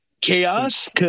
Chaos